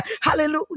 Hallelujah